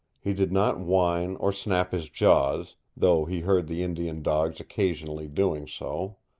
he did not whine or snap his jaws, though he heard the indian dogs occasionally doing so.